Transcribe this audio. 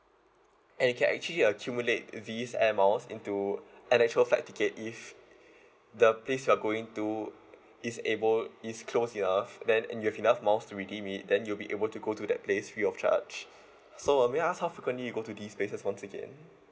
and you can actually accumulate these air miles into an actual flight ticket if the place you are going to is able is close enough then and if you've enough miles to redeem it then you'll be able to go to that place free of charge so uh may I ask how frequently you go to these places once again